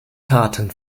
taten